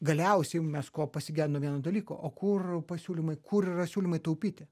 galiausiai mes ko pasigendam vieno dalyko o kur pasiūlymai kur yra siūlymai taupyti